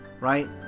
right